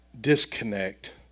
disconnect